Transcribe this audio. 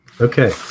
Okay